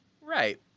Right